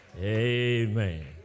Amen